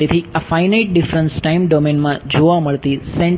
તેથી આ finite difference time થી સમસ્યા